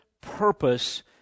purpose